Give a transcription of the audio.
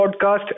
podcast